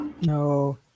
no